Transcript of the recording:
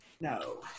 no